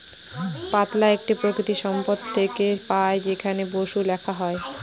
পাতলা একটি প্রাকৃতিক সম্পদ থেকে পাই যেখানে বসু লেখা হয়